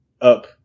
up